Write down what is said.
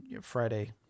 friday